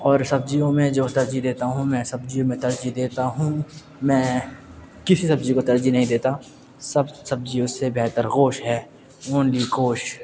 اور سبزیوں میں جو ترجیح دیتا ہوں میں سبزیوں میں ترجیح دیتا ہوں میں کسی سبزی کو ترجیح نہیں دیتا سب سبزیوں سے بہتر گوشت ہے اونلی گوشت